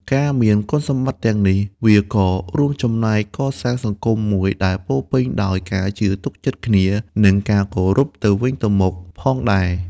ការមានគុណសម្បត្តិទាំងនេះ វាក៏រួមចំណែកកសាងសង្គមមួយដែលពោរពេញដោយ ការជឿទុកចិត្តគ្នា និង ការគោរពគ្នាទៅវិញទៅមក ផងដែរ។